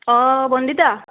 অঁ বন্দিতা